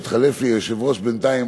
התחלף לי היושב-ראש בינתיים,